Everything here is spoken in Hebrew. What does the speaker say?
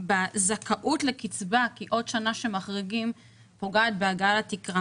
פוגעת בזכאות לקצבה כי עוד שנה שמחריגים פוגעת בהגעה לתקרה.